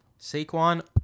Saquon